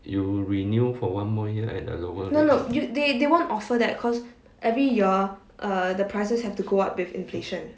no no the they won't offer that because every year the prices have to go up with inflation